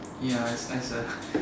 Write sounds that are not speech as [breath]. ya as as a [breath]